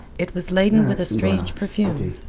it was laden with a strange perfume,